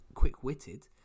quick-witted